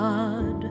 God